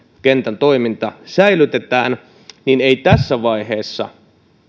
kentän toiminta säilytetään niin ei tässä vaiheessa